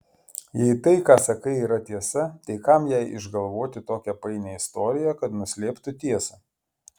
jei tai ką sakai yra tiesa tai kam jai išgalvoti tokią painią istoriją kad nuslėptų tiesą